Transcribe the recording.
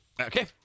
Okay